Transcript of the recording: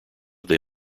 they